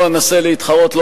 אני לא אנסה להתחרות,